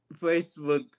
Facebook